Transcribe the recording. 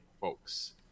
folks